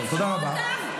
תודה רבה.